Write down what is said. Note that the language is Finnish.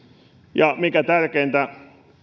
ja mikä tärkeintä